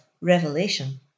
revelation